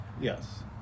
Yes